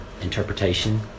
interpretation